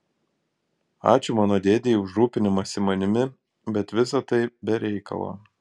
ačiū mano dėdei už rūpinimąsi manimi bet visa tai be reikalo